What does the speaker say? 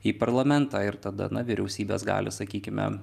į parlamentą ir tada na vyriausybės galios sakykime